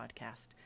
podcast